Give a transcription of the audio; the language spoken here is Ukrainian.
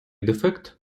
дефект